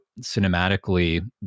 cinematically